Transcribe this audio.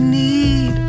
need